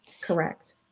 Correct